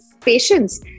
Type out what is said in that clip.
patience